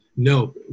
No